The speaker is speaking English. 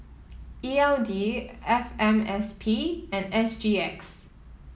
E L D F M S P and S G X